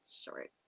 Short